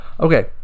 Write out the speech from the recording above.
okay